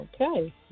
Okay